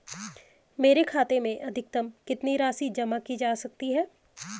मेरे खाते में अधिकतम कितनी राशि जमा की जा सकती है?